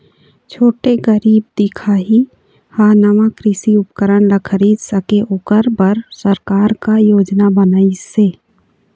छोटे गरीब दिखाही हा नावा कृषि उपकरण ला खरीद सके ओकर बर सरकार का योजना बनाइसे?